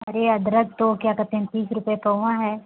अरे अदरक तो क्या कहते हैं तीस रुपये पाव हैं